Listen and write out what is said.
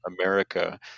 America